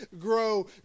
grow